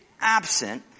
absent